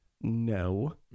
No